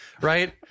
right